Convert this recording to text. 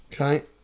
Okay